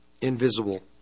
Invisible